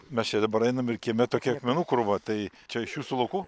mes čia dabar einam ir kieme tokia akmenų krūva tai čia iš jūsų laukų